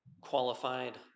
qualified